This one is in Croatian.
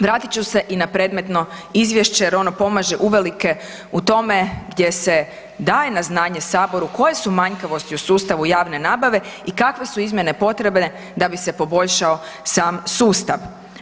Vratit ću se i na predmetno izvješće jer ono pomaže uvelike u tome gdje se daje na znanje saboru koje su manjkavosti u sustavu javne nabave i kakve su izmjene potrebne da bi se poboljšao sam sustav.